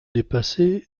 dépasser